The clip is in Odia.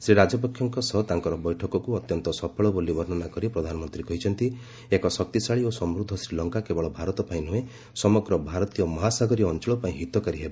ଶ୍ରୀ ରାଜପକ୍ଷେଙ୍କ ସହ ତାଙ୍କର ବୈଠକକୁ ଅତ୍ୟନ୍ତ ସଫଳ ବୋଲି ବର୍ଷନା କରି ପ୍ରଧାନମନ୍ତ୍ରୀ କହିଛନ୍ତି ଏକ ଶକ୍ତିଶାଳୀ ଓ ସମୃଦ୍ଧ ଶ୍ରୀଲଙ୍କା କେବଳ ଭାରତ ପାଇଁ ନୁହେଁ ସମଗ୍ର ଭାରତୀୟ ମହାସାଗରୀୟ ଅଞ୍ଚଳ ପାଇଁ ହିତକାରୀ ହେବ